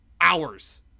hours